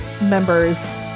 members